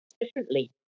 differently